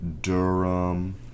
Durham